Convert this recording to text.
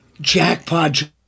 jackpot